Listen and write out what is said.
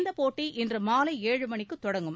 இந்தப் போட்டி இன்று மாலை ஏழு மணிக்குத் தொடங்கும்